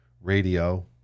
radio